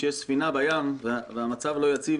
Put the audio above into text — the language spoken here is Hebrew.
כשיש ספינה בים והמצב לא יציב,